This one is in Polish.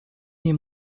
nie